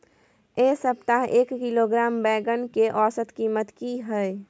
ऐ सप्ताह एक किलोग्राम बैंगन के औसत कीमत कि हय?